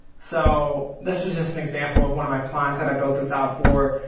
so this is just an example of one of my clients that i built this out for.